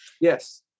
Yes